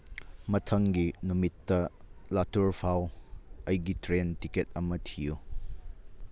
ꯃꯊꯪꯒꯤ ꯅꯨꯃꯤꯠꯇ ꯂꯥꯇꯨꯔ ꯐꯥꯎ ꯑꯩꯒꯤ ꯇ꯭ꯔꯦꯟ ꯇꯤꯀꯦꯠ ꯑꯃ ꯊꯤꯌꯨ